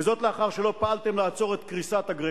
וזאת לאחר שלא פעלתם לעצור את קריסת "אגרקסקו".